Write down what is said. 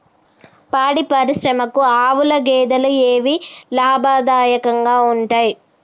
పాడి పరిశ్రమకు ఆవుల, గేదెల ఏవి లాభదాయకంగా ఉంటయ్?